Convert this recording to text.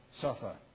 suffer